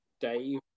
dave